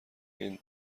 هند